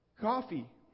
Coffee